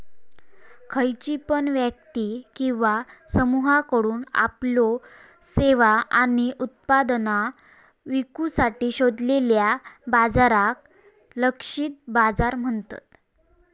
खयची पण व्यक्ती किंवा समुहाकडुन आपल्यो सेवा आणि उत्पादना विकुसाठी शोधलेल्या बाजाराक लक्षित बाजार म्हणतत